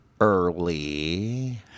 early